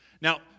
Now